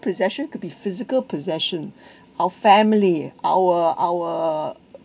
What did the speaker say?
possession could be physical possession our family our our